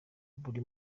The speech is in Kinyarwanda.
buri